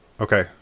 okay